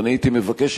ואני הייתי מבקש,